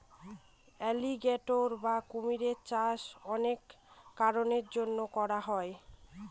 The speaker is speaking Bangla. এলিগ্যাটোর বা কুমিরের চাষ অনেক কারনের জন্য করা হয়